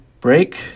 break